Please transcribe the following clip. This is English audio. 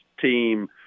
team